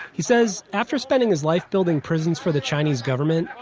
he says after spending his life building prisons for the chinese government,